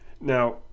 Now